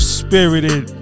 spirited